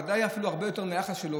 ודאי אפילו הרבה יותר מהיחס שלו,